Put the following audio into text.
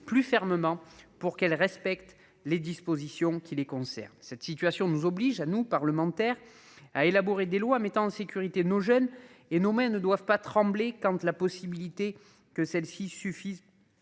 plus fermement pour qu'elle respecte les dispositions qui les concernent. Cette situation nous oblige à nous parlementaires à élaborer des lois mettant en sécurité nos jeunes et nos mais ne doivent pas tremblé quand tu la possibilité que celle-ci suffisent.